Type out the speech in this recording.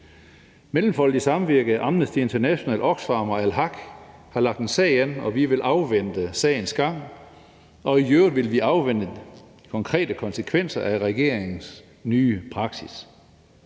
Mellemfolkeligt Samvirke og Amnesty International, Oxfam og Al-Haq har lagt sag an, og vi vil afvente sagens gang. Og i øvrigt vil vi afvente de konkrete konsekvenser af regeringens nye praksis.